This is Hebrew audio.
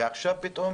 ועכשיו פתאום